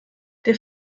der